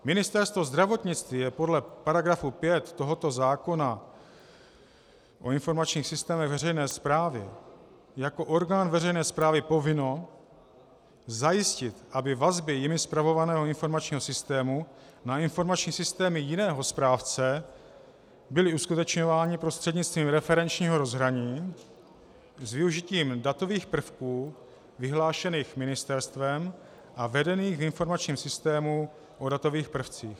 Ministerstvo zdravotnictví je podle § 5 tohoto zákona o informačních systémech veřejné správy jako orgán veřejné správy povinno zajistit, aby vazby jimi spravovaného informačního systému na informační systémy jiného správce byly uskutečňovány prostřednictvím referenčního rozhraní s využitím datových prvků vyhlášených ministerstvem vedených v informačním systému o datových prvcích.